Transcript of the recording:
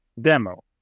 Demo